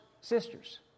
sisters